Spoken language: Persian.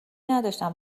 نداشتم